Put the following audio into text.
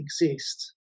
exist